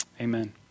amen